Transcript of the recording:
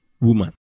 Woman